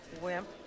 Wimp